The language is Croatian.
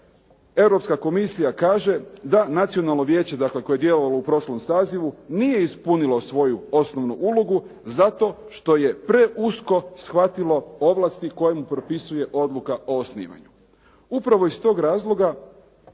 Europska komisija kaže da Nacionalno vijeće koje je djelovalo u prošlom sazivu nije ispunilo svoju osnovnu ulogu zato što je preusko shvatilo ovlasti koje mu propisuje Odluka o osnivanju. Upravo iz tog razloga,